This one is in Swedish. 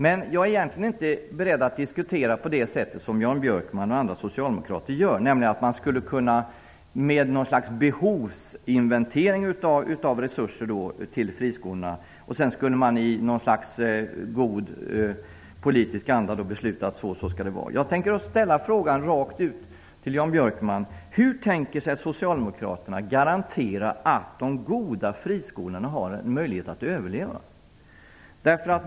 Men jag är egentligen inte beredd att diskutera på det sätt som Jan Björkman och andra socialdemokrater gör, nämligen att man efter ett slags behovsinventering av resurser till friskolorna i god politisk anda skall kunna besluta att det skall vara på ett visst sätt. Jag ställer frågan rakt ut till Jan Björkman: Hur tänker sig Socialdemokraterna kunna garantera att de goda friskolorna får en möjlighet att överleva?